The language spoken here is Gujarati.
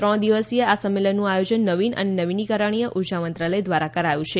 ત્રણ દિવસીય આ સંમેલનનું આયોજન નવીન અને નવીનીકરણીય ઉર્જા મંત્રાલય ઘ્વારા કરાયું છે